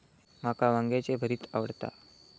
माका वांग्याचे भरीत आवडता